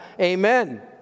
amen